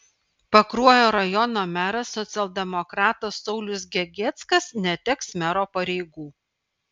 pakruojo rajono meras socialdemokratas saulius gegieckas neteks mero pareigų